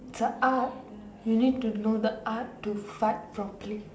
it's a art you need to know the art to fight properly